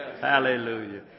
Hallelujah